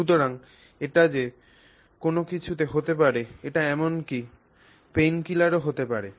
সুতরাং এটি যে কোনও কিছু হতে পারে এটি এমনকি ব্যথানাশকও হতে পারে